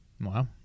Wow